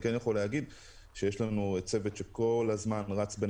אני כן יכול להגיד שיש לנו צוות שכל הזמן רץ בין